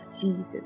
Jesus